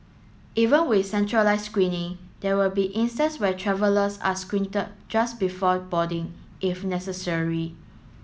even with centralised screening there will be instance where travellers are screen just before boarding if necessary